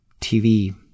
TV